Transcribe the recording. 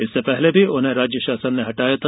इससे पहले भी उन्हें राज्य शासन ने हटाया था